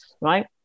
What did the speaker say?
right